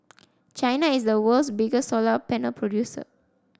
China is the world's biggest solar panel producer